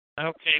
Okay